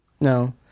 No